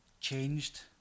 changed